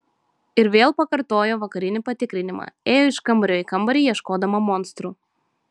ir vėl pakartojo vakarinį patikrinimą ėjo iš kambario į kambarį ieškodama monstrų